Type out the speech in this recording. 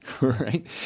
right